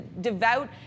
devout